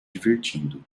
divertindo